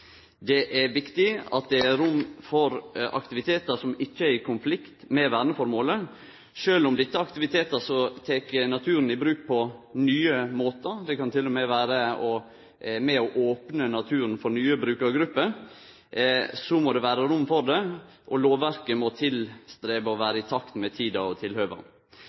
Det er viktig at det er rom for aktivitetar som ikkje er i konflikt med verneformålet, sjølv om dette er aktivitetar som tek i bruk naturen på nye måtar. Det kan til og med vere med på å opne naturen for nye brukargrupper – og det må det vere rom for. Lovverket må leggje vinn på å vere i takt med «tida og tilhøva».